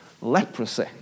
leprosy